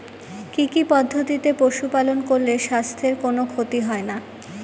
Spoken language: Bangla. কি কি পদ্ধতিতে পশু পালন করলে স্বাস্থ্যের কোন ক্ষতি হয় না?